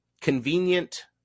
convenient